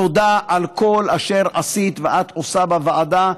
תודה על כל אשר עשית ואת עושה בוועדה.